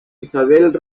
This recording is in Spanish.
isabel